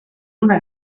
una